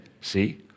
see